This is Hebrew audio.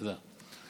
תודה.